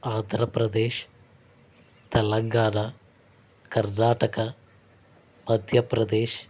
Andhra Pradesh Telangana Karnataka Madhya Pradesh